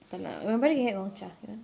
tak nak my brother can get Gong Cha you want